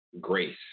grace